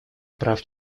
прав